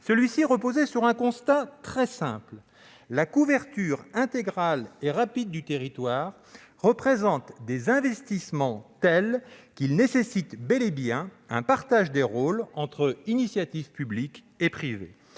Celui-ci reposait sur un constat simple : la couverture intégrale et rapide du territoire représente des investissements tels qu'ils nécessitent bel et bien un partage des rôles entre initiative publique et privée.